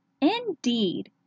Indeed